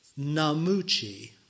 Namuchi